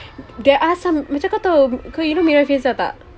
there are some macam kau tahu you know mira filzah tak